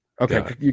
Okay